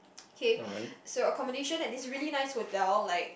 okay so accommodation at this really nice hotel like